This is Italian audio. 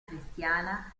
cristiana